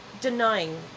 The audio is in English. denying